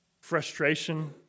Frustration